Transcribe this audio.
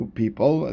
people